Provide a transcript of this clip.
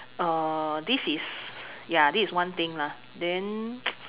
uh this is ya this is one thing lah then